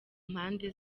mpande